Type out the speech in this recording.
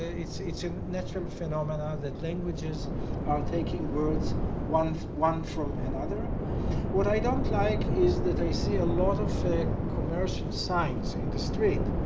it's it's a natural phenomena that languages are taking words one one from another. what what i don't like is that i see a lot of commercial signs in the street,